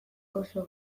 oso